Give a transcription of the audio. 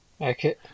Okay